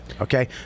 Okay